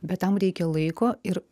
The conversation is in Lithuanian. bet tam reikia laiko ir